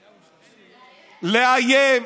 לאיים.